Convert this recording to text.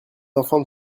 enfants